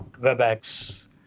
WebEx